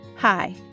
Hi